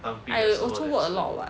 I also work a lot [what]